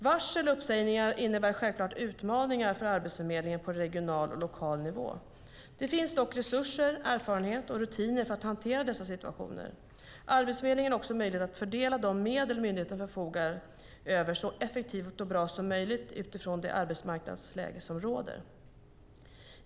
Varsel och uppsägningar innebär självklart utmaningar för Arbetsförmedlingen på regional och lokal nivå. Det finns dock resurser, erfarenhet och rutiner för att hantera dessa situationer. Arbetsförmedlingen har möjlighet att fördela de medel myndigheten förfogar över så effektivt och bra som möjligt utifrån det arbetsmarknadsläge som råder.